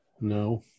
no